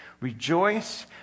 Rejoice